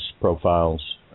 profiles